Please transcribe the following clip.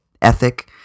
ethic